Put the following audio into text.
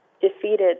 defeated